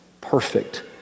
perfect